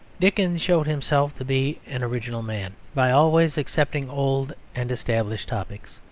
dickens showed himself to be an original man by always accepting old and established topics.